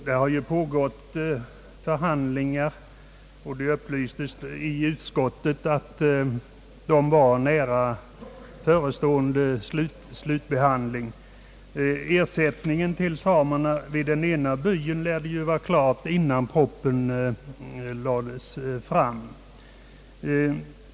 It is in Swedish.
Det har ju pågått förhandlingar och det har upplysts i utskottet att slutbehandlingen var nära förestående, Ersättningen till samerna i den ena byn lär ju ha varit klar innan propositionen lades fram.